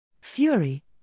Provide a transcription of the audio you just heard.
fury